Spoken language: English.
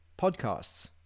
Podcasts